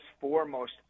foremost